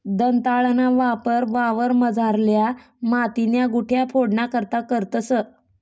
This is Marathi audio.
दंताळाना वापर वावरमझारल्या मातीन्या गुठया फोडाना करता करतंस